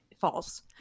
false